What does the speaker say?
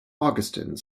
augustine